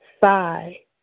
sigh